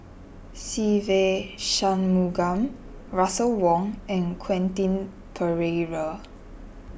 Se Ve Shanmugam Russel Wong and Quentin Pereira